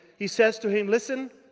he says to him, listen,